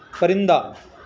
پرندہ